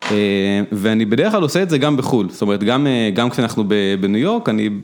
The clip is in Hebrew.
ואני בדרך כלל עושה את זה גם בחול זאת אומרת גם גם כשאנחנו בניו יורק אני.